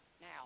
now